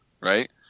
right